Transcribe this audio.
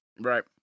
Right